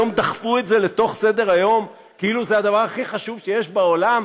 היום דחפו את זה לתוך סדר-היום כאילו זה הדבר הכי חשוב שיש בעולם,